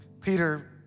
Peter